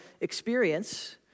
experience